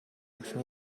өвчин